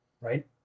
right